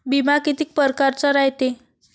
बिमा कितीक परकारचा रायते?